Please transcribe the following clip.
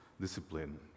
discipline